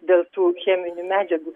dėl tų cheminių medžiagų